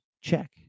check